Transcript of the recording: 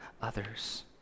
others